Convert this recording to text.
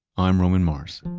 i'm roman mars